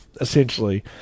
essentially